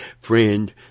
Friend